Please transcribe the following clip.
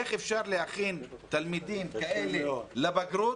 איך אפשר להכין תלמידים כאלה לבגרות,